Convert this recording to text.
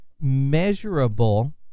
measurable